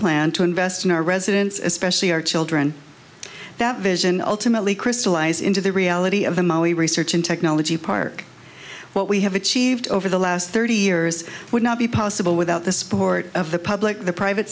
plan to invest in our residents especially our children that vision ultimately crystallize into the reality of the mostly research and technology park what we have achieved over the last thirty years would not be possible without the support of the public the private